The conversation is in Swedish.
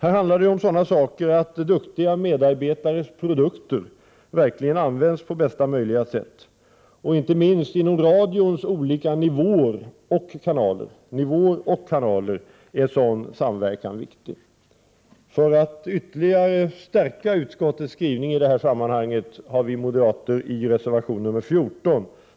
Det handlar t.ex. om att duktiga medarbetares produkter verkligen används på bästa möjliga sätt. Inte minst inom radions olika nivåer och kanaler är en sådan samverkan viktig. För att ytterligare stärka utskottets skrivning i detta sammanhang har vi moderater i reservation 14